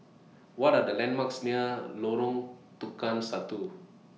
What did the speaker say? What Are The landmarks near Lorong Tukang Satu